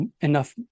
enough